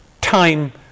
time